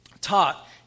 taught